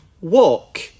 walk